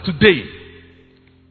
today